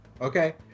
Okay